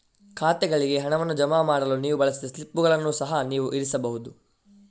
ಖಾತೆಗಳಿಗೆ ಹಣವನ್ನು ಜಮಾ ಮಾಡಲು ನೀವು ಬಳಸಿದ ಸ್ಲಿಪ್ಪುಗಳನ್ನು ಸಹ ನೀವು ಇರಿಸಬಹುದು